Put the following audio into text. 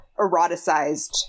eroticized